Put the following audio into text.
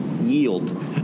yield